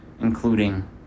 including